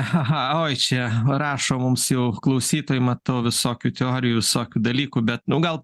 ha ha oi čia rašo mums jau klausytojai matau visokių teorijų visokių dalykų bet nu gal